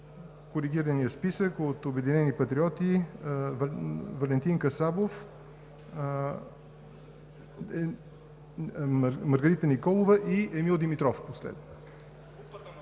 Коригираният списък от „Обединени патриоти“: Валентин Касабов, Маргарита Николова и Емил Димитров.